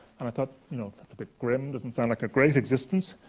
and i thought, you know that's a bit grim. doesn't sound like a great existence.